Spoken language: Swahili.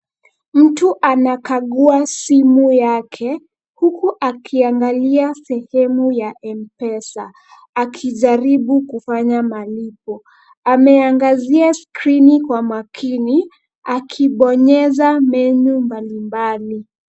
Mtu anakagua simu yake huku akiangalia sehemu ya m pesa akijaribu kufanya malipo. Ameangazia simu kwa makini huku akibonyeza menu mbalimbali.